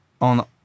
on